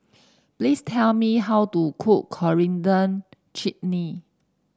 please tell me how to cook Coriander Chutney